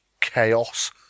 chaos